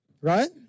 right